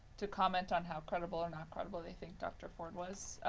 to comment on how credible or not credible they think dr. ford was.